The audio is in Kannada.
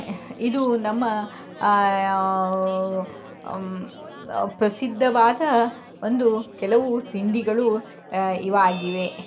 ಇದು ನಮ್ಮ ಪ್ರಸಿದ್ಧವಾದ ಒಂದು ಕೆಲವು ತಿಂಡಿಗಳು ಇವಾಗಿವೆ